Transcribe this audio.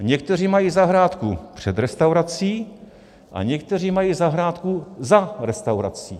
Někteří mají zahrádku před restaurací a někteří mají zahrádku za restaurací.